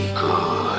good